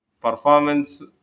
performance